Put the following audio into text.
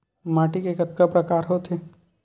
माटी के कतका प्रकार होथे?